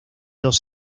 dos